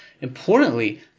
importantly